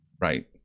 right